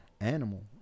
animal